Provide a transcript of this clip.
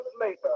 later